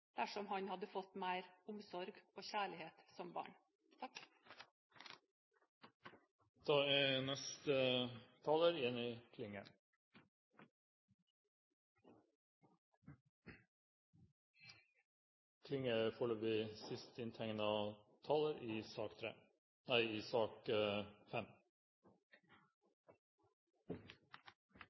dersom han hadde fått mer omsorg og kjærlighet som barn. Det er